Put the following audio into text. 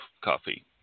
coffee